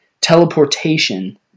teleportation